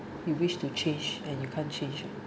you wish to change and you can't change